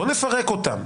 בוא נפרק אותם.